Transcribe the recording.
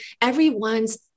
everyone's